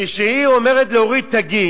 כשהיא אומרת להוריד את הגיל,